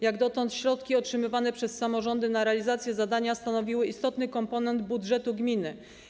Jak dotąd środki otrzymywane przez samorządy na realizację zadania stanowiły istotny komponent budżetu gminy.